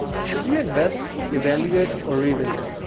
should you invest, evaluate or revisit?